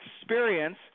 experience